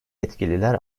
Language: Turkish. yetkililer